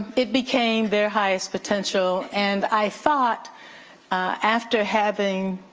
it became their highest potential and i thought after having,